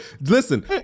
listen